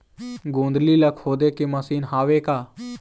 गोंदली ला खोदे के मशीन हावे का?